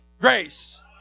grace